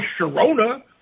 Sharona